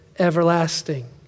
everlasting